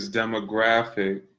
demographic